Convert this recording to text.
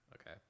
Okay